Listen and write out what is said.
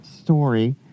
story